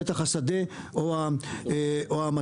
פתח השדה או המטע,